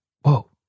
whoa